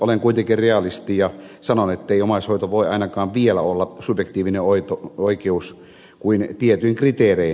olen kuitenkin realisti ja sanon ettei omaishoito voi ainakaan vielä olla subjektiivinen oikeus kuin tietyin kriteerein